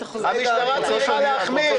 המשטרה צריכה להחמיר,